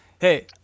Hey